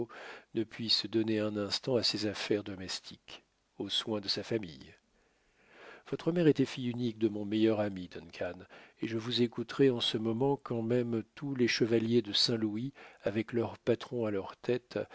ne puisse donner un instant à ses affaires domestiques aux soins de sa famille votre mère était fille unique de mon meilleur ami duncan et je vous écouterai en ce moment quand même tous les chevaliers de saint-louis avec leur patron à leur tête